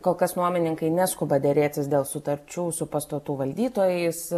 kol kas nuomininkai neskuba derėtis dėl sutarčių su pastatų valdytojais